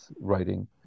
writing